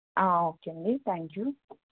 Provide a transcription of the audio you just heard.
okay అండి thank you